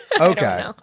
okay